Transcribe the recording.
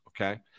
Okay